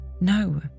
No